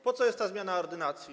Po co jest ta zmiana ordynacji?